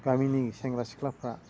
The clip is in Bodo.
गामिनि सेंग्रा सिख्लाफ्रा